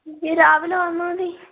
എങ്കിൽ രാവിലെ വന്നാൽ മതി